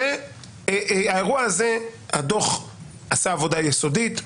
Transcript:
האירוע הזה, הדוח עשה עבודה יסודית,